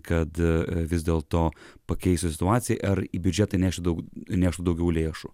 kad vis dėlto pakeis situaciją ar į biudžetą įneš daug įneštų daugiau lėšų